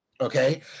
Okay